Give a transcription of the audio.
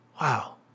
Wow